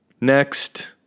next